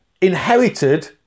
inherited